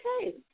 Okay